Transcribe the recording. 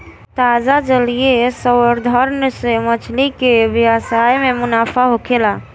ताजा जलीय संवर्धन से मछली के व्यवसाय में मुनाफा होखेला